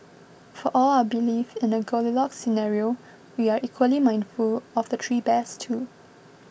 for all our belief in a Goldilocks scenario we are equally mindful of the three bears too